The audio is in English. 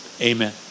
amen